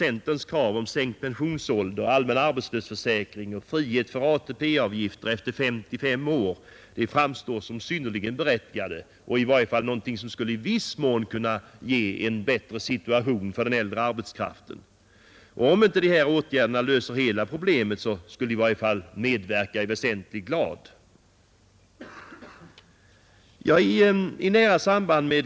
Centerns krav på sänkt pensionsålder, allmän arbetslöshetsförsäkring och frihet från ATP-avgifter efter femtiofem års ålder framstår bland annat som synnerligen berättigade, och det är i varje fall något som i viss mån skulle kunna skapa en bättre situation för den äldre arbetskraften. Om också inte de åtgärderna löser hela problemet skulle de i varje fall medverka i väsentlig grad.